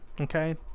okay